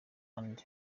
and